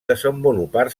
desenvolupar